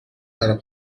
برا